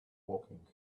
woking